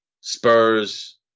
Spurs